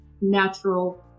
natural